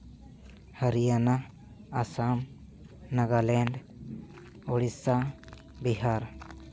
Haryana Assam Nagaland Odisha Bihar